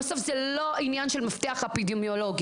בסוף אין מדובר במפתח אפידמיולוגי.